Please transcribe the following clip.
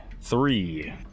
Three